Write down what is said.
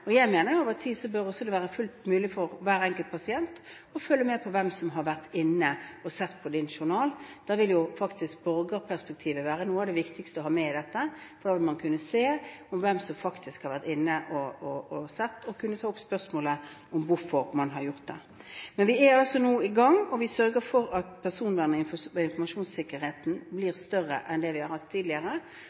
også at det bør være fullt mulig for hver enkelt pasient å følge med på hvem som har vært inne og sett på sin journal. Da vil faktisk borgerperspektivet være noe av det viktigste å ha med i dette for at man skal kunne se hvem som faktisk har vært inne og sett, og så kunne ta opp spørsmålet om hvorfor man har gjort det. Men nå er vi altså i gang, og vi sørger for at personvernet og informasjonssikkerheten blir større enn det vi har hatt tidligere,